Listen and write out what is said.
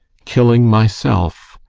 killing myself,